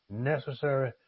necessary